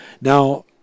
Now